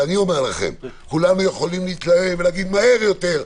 ואני אומר לכם כולם יכולים לומר: מהר יותר,